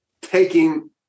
taking